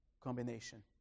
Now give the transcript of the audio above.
combination